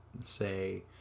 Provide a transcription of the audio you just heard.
say